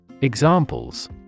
Examples